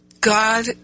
God